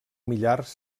millars